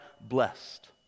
blessed